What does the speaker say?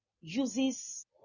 uses